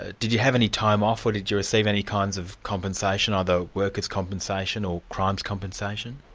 ah did you have any time off, or did you receive any kinds of compensation, either workers' compensation or crimes compensation?